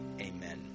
Amen